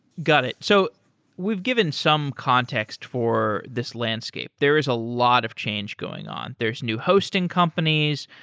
got it. so we've given some context for this landscape. there is a lot of change going on. there's new hosting companies.